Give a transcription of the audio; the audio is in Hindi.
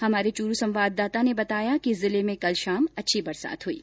हमारे चूरू संवाददाता ने बताया कि जिले में कल शाम अच्छी बारिश हुई है